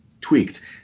tweaked